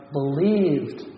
believed